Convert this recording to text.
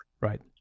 Right